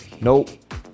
Nope